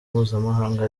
mpuzamahanga